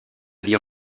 dire